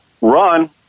Run